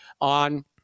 on